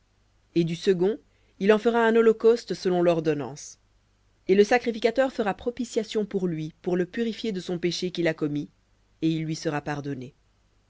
et du second il en fera un holocauste selon l'ordonnance et le sacrificateur fera propitiation pour lui de son péché qu'il a commis et il lui sera pardonné